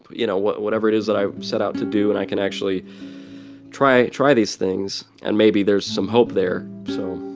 you know, whatever it is that i set out to do. and i can actually try try these things. and maybe there's some hope there. so.